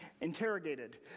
Interrogated